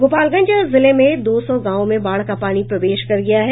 गोपालगंज जिले में दो सौ गांवों में बाढ़ का पानी प्रवेश कर गया है